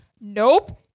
Nope